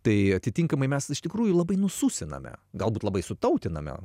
tai atitinkamai mes iš tikrųjų labai nususiname galbūt labai sutautiname